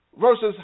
versus